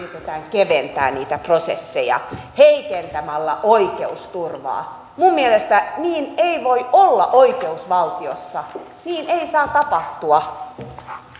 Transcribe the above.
yritetään keventää prosesseja heikentämällä oikeusturvaa minun mielestäni niin ei voi olla oikeusvaltiossa niin ei saa tapahtua